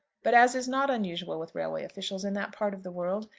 but, as is not unusual with railway officials in that part of the world,